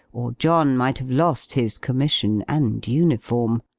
or john might have lost his commission and uniform.